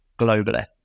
globally